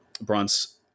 bronze